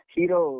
Hero